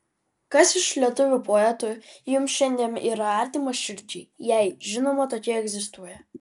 kas iš lietuvių poetų jums šiandien yra artimas širdžiai jei žinoma tokie egzistuoja